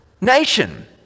nation